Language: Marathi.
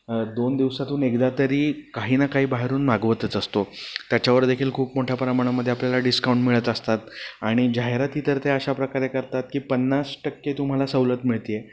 दोन दिवसातून एकदा तरी काही ना काही बाहेरून मागवतच असतो त्याच्यावरदेखील खूप मोठ्या प्रमाणामध्ये आपल्याला डिस्काउंट मिळत असतात आणि जाहिराती तर ते अशा प्रकारे करतात की पन्नास टक्के तुम्हाला सवलत मिळत आहे